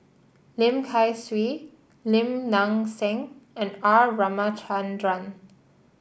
Lim Kay Siu Lim Nang Seng and R Ramachandran